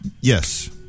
Yes